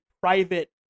private